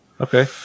Okay